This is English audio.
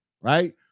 right